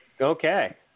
Okay